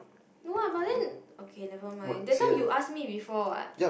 no lah but then okay never mind that time you ask me before what